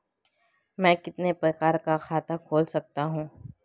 मैं कितने प्रकार का खाता खोल सकता हूँ?